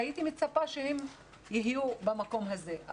הייתי מצפה שהם יהיו במקום הזה.